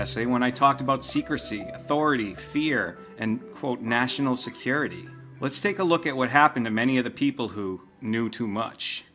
essay when i talked about secrecy fear and quote national security let's take a look at what happened to many of the people who knew too much